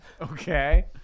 okay